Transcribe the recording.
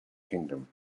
kingdom